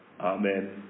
Amen